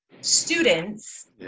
students